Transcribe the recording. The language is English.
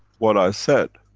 what i said